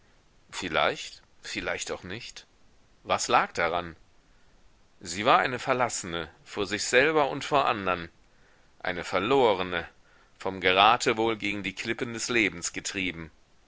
vielleicht vielleicht auch nicht was lag daran sie war eine verlassene vor sich selber und vor andern eine verlorene vom geratewohl gegen die klippen des lebens getrieben